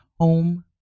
home